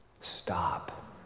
stop